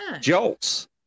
jolts